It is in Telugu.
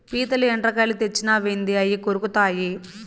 పీతలు, ఎండ్రకాయలు తెచ్చినావేంది అయ్యి కొరుకుతాయి